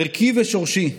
ערכי ושורשי,